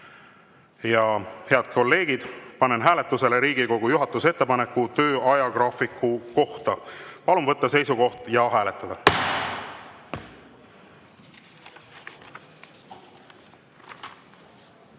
Head kolleegid, panen hääletusele Riigikogu juhatuse ettepaneku töö ajagraafiku kohta. Palun võtta seisukoht ja hääletada!